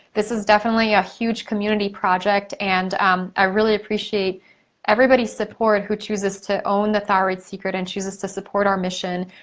this is definitely a huge community project, and i really appreciate everybody's support who chooses to won the thyroid secret and chooses to support our mission.